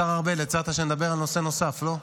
השר ארבל, הצעת שנדבר על נושא נוסף, לא?